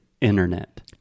internet